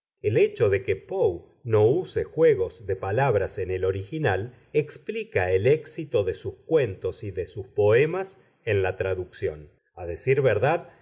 el hecho de que poe no use juegos de palabras en el original explica el éxito de sus cuentos y de sus poemas en la traducción a decir verdad